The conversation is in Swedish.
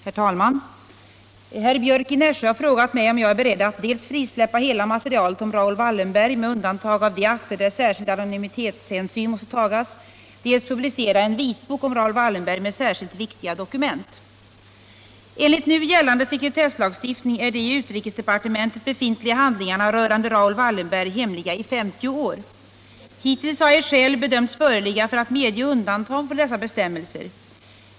Herr talman! Herr Björck i Nässjö har frågat mig om jag är beredd att dels frisläppa hela materialet om Raoul Wallenberg med undantag av de akter där särskild anonymitetshänsyn måste tagas, dels publicera en vitbok om Raoul Wallenberg med särskilt viktiga dokument. Enligt nu gällande sekretesslagstiftning är de i utrikesdepartementet befintliga handlingarna rörande Raoul Wallenberg hemliga i 50 år. Hittills har ej skäl bedömts föreligga för att medge undantag från dessa bestämmelser.